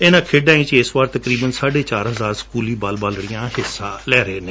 ਇਨੂਾਂ ਖੇਡਾਂ ਵਿੱਚ ਇਸ ਵਾਰ ਤਕਰੀਬਨ ਸਾਢੇ ਚਾਰ ਹਜਾਰ ਸਕੂਲੀ ਬਾਲ ਬਾਲੜੀਆਂ ਹਿੱਸਾ ਲੈ ਰਹੀਆਂ ਨੇ